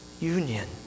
Union